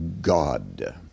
God